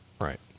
right